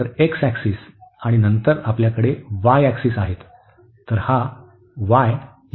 तर x axis आणि नंतर आपल्याकडे y ऍक्सिस आहेत